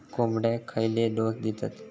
कोंबड्यांक खयले डोस दितत?